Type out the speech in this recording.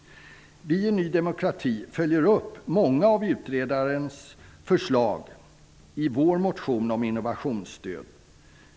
Vi i Ny demokrati följer i vår motion om innovationsstöd upp många av utredarens förslag.